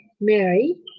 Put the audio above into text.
Mary